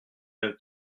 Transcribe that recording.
même